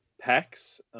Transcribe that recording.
packs